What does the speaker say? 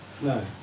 No